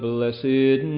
Blessed